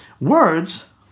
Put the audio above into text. words